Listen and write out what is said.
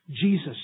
Jesus